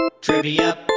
Trivia